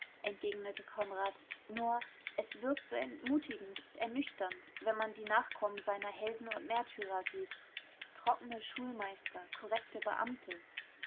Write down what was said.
entgegnete konrad nur es wirkt so entmutigend ernüchternd wenn man die nachkommen seiner helden und märtyrer sieht trockne schulmeister korrekte beamte